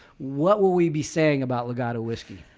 what will we be saying about legato? whiskey?